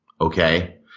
okay